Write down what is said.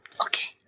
Okay